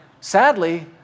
Sadly